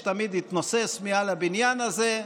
שתמיד התנוסס מעל הבניין הזה.